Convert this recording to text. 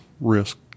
risk